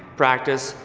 practice,